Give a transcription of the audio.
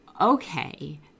okay